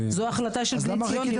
זו החלטה של בני ציון.